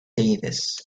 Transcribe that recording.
davis